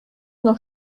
noch